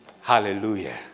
Hallelujah